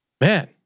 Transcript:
man